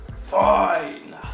Fine